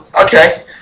Okay